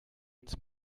uns